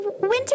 Winter